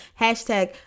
hashtag